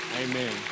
amen